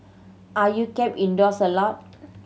are you kept indoors a lot